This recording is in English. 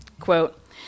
Quote